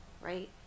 right